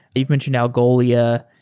you've mentioned algolia.